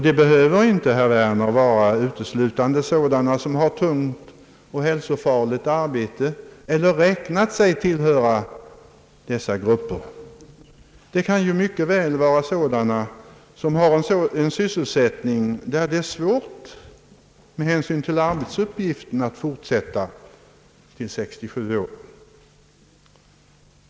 Det behöver inte, herr Werner, gälla uteslutande sådana som har tungt och hälsofarligt arbete, eller som räknat sig tillhöra dessa grupper. Det kan mycket väl vara fråga om sådana som har en sysselsättning, där det med hänsyn till arbetsuppgiftens art är svårt att fortsätta arbetet till 67 år.